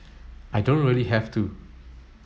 I don't really have to